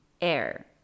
air